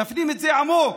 תפנים את זה עמוק.